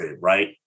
right